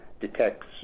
detects